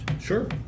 Sure